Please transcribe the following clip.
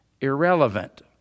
irrelevant